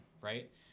right